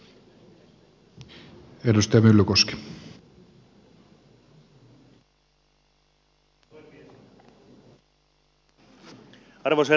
arvoisa herra puhemies